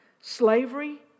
slavery